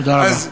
תודה רבה.